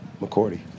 McCordy